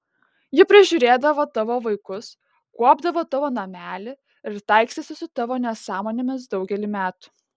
ji prižiūrėdavo tavo vaikus kuopdavo tavo namelį ir taikstėsi su tavo nesąmonėmis daugelį metų